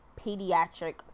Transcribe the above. pediatric